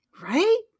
Right